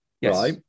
Yes